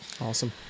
Awesome